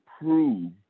prove